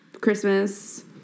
Christmas